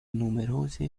numerose